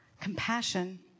Compassion